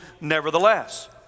nevertheless